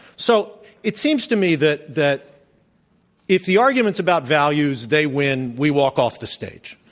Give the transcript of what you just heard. so it seems to me that that if the argument's about values, they win, we walk off the stage.